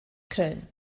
köln